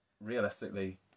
realistically